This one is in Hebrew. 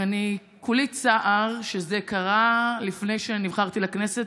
אני כולי צער שזה קרה לפני שנבחרתי לכנסת,